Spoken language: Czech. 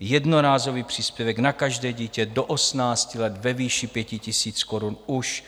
Jednorázový příspěvek na každé dítě do 18 let ve výši 5 000 korun už